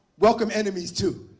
welcome enemies too.